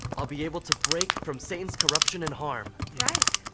i'll be able to break from satan's corruption and harm. right!